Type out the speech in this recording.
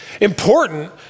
important